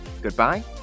goodbye